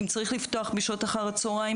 אם צריך לפתוח בשעות אחר-הצוהריים,